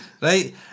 right